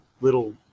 little